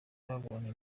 babonye